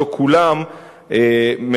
אם לא כולם,